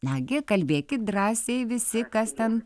nagi kalbėkit drąsiai visi kas ten